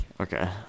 Okay